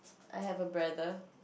I have a brother